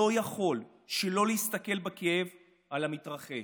לא יכול שלא להסתכל בכאב על המתרחש,